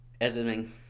Editing